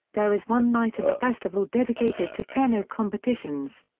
there is one night of the festival dedicated to piano competitions.